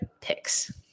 picks